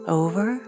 over